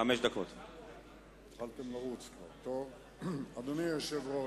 אדוני היושב-ראש,